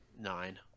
Nine